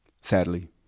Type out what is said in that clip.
sadly